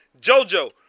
Jojo